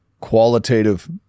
qualitative